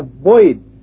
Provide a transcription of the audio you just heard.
avoid